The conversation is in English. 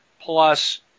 plus